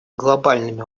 глобальными